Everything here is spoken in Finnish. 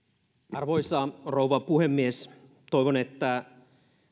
arvoisa rouva puhemies toivon että